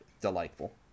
delightful